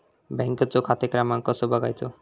बँकेचो खाते क्रमांक कसो बगायचो?